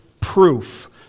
proof